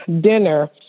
dinner